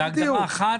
והגדרה אחרת